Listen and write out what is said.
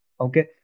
okay